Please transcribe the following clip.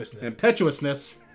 impetuousness